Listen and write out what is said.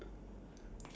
would